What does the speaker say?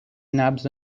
نبض